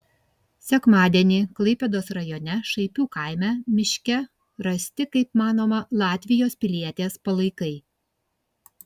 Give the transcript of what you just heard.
sekmadienį klaipėdos rajone šaipių kaime miške rasti kaip manoma latvijos pilietės palaikai